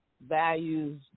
values